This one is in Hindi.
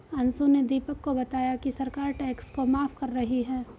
अंशु ने दीपक को बताया कि सरकार टैक्स को माफ कर रही है